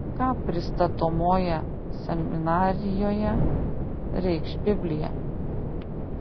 ką pristatomoje seminarijoje reikš biblija